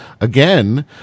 Again